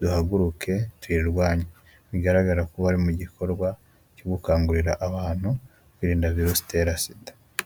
duhaguruke tuyirwanye, bigaragara ko bari mu gikorwa cyo gukangurira abantu kwirinda virusi itera sida.